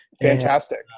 Fantastic